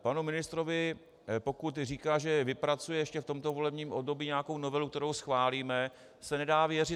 Panu ministrovi, pokud říká, že vypracuje ještě v tomto volebním období nějakou novelu, kterou schválíme, se nedá věřit.